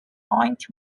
point